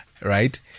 right